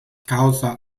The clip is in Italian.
causa